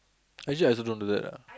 actually I also don't do that ah